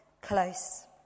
close